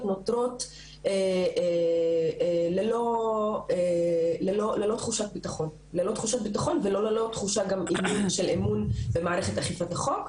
נותרות ללא תחושת ביטחון וללא תחושה של אמון במערכת אכיפת החוק.